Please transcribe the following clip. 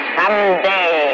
someday